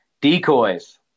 decoys